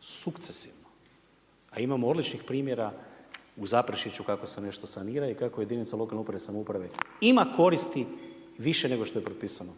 sukcesivno, a imamo odličnih primjera u Zaprešiću kako se nešto sanira i kako jedinice lokalne uprave i samouprave ima koristi i više nego što je propisano